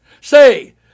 Say